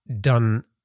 done